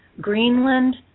Greenland